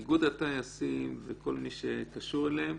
איגוד הטייסים וכל מי שקשור אליהם,